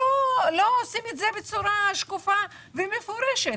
לא עושים את זה בצורה שקופה ומפורשת.